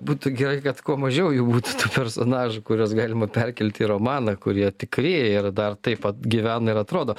būtų gerai kad kuo mažiau jų būtų tų personažų kuriuos galima perkelti į romaną kurie tikri ir dar taip pat gyvena ir atrodo